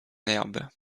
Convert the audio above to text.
herbe